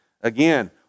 Again